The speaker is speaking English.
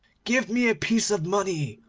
give me a piece of money,